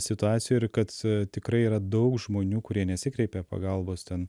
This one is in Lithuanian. situacijų ir kad tikrai yra daug žmonių kurie nesikreipia pagalbos ten